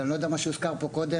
אני לא יודע מה הוזכר כאן קודם,